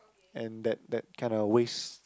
and that that kinda wastes